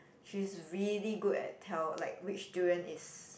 she's really good at tell like which durian is